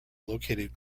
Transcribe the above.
located